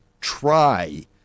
try